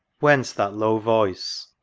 whence that low voice?